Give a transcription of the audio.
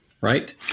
Right